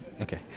Okay